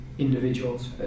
Individuals